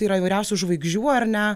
tai yra įvairiausių žvaigždžių ar ne